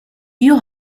you